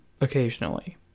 occasionally